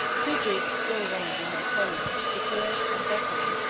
two greeks still reigned in aetolia, epirus, and thessaly,